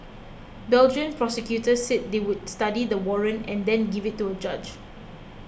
Belgian prosecutors said they would study the warrant and then give it to a judge